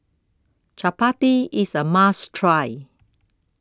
Chappati IS A must Try